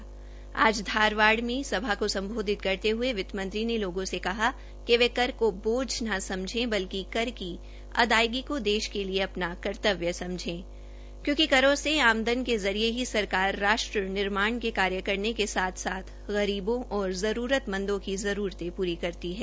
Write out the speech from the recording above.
आज धारवाड़ में राष्ट्रीय टैक्स प्रैकटिशनर डे कार्यक्रम के दौरान सभा को सम्बोधित करते हये वित्तमंत्री ने लोगों से कहा कि वे कर को बोझ न समझें बल्कि कर की अदायगी को देश के लिए अपना कर्तव्य समझें क्योंकि करों से आमदान के जरिये ही सरकार राष्ट्र निर्माण के कार्य करने के साथ साथ गरीबों और जरूरतमंदों की जरूरतें पूरी करती है